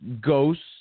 ghosts